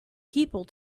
people